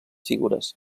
figures